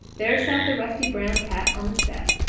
there sat the rusty-brown cat on the step.